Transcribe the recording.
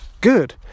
Good